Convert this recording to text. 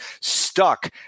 stuck